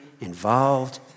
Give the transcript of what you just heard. involved